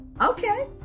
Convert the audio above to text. Okay